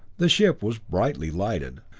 the ship was brightly lighted.